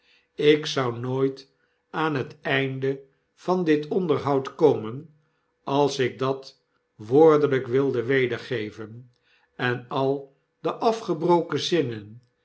ik zou nooit aan het einde van dit onderhoud komen als ik dat woordelyk wilde wedergeven en al de afgebroken zinnen